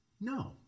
No